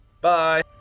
Bye